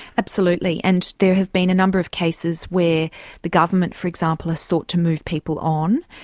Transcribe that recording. absolutely, and there have been a number of cases where the government for example has sought to move people on,